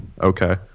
okay